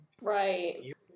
Right